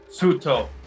Suto